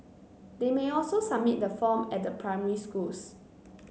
they may also submit the form at their primary schools